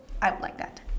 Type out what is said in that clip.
I like that